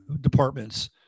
departments